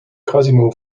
cosimo